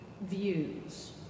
Views